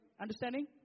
Understanding